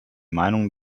meinung